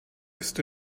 ist